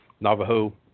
Navajo